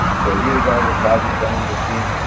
so here is all the fabric cutting machines,